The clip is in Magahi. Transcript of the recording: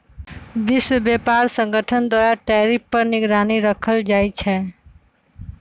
विश्व व्यापार संगठन द्वारा टैरिफ पर निगरानी राखल जाइ छै